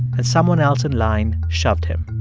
and someone else in line shoved him.